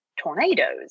tornadoes